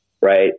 Right